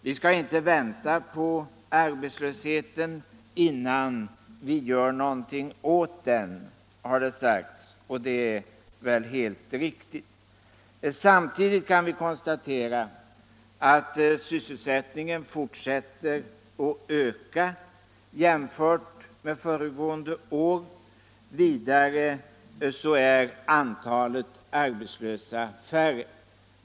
Vi skall inte vänta på arbetslösheten innan vi gör något åt den, har det sagts, och det är väl helt riktigt. Samtidigt kan vi konstatera att sysselsättningen fortsätter att öka jämfört med föregående år. Vidare är antalet arbetslösa färre.